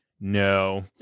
No